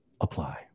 Apply